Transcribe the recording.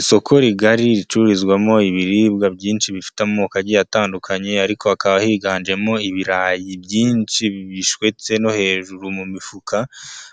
Isoko rigari ricururizwamo ibiribwa byinshi bifite amoko atandukanye, ariko hakaba higanjemo ibirayi byinshi bishwetse no hejuru mu mifuka,